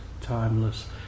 timeless